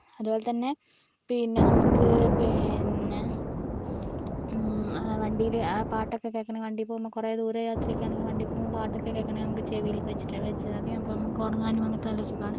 അതുപോലെ തന്നെ പിന്നെ നമുക്ക് പിന്നെ വണ്ടീയിൽ പാട്ടൊക്കെ കേൾക്കണേൽ വണ്ടി പോകുമ്പോൾ കുറേ ദൂരെ യാത്രയൊക്കെയാണെങ്കിൽ വണ്ടി പോകുമ്പോൾ പാട്ടൊക്കെ കേൾക്കണേൽ നമുക്ക് ചേവിയിലോക്കെവച്ചിട്ട് വെച്ചാൽ മതി നമുക്കുറങ്ങാനും അങ്ങനത്തെ നല്ല സുഖമാണ്